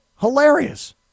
Hilarious